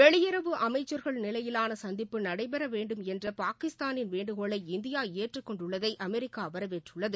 வெளியுறவு அமைச்ச்கள் நிலையிலான சந்திப்பு நடைபெற வேண்டும் என்ற பாகிஸ்தானின் வேண்டுகோளை இந்தியா ஏற்றுக்கொண்டுள்ளதை அமெரிக்கா வரவேற்றுள்ளது